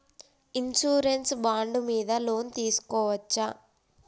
Insurance bond మీద loan తీస్కొవచ్చా?